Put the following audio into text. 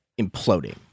imploding